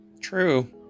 True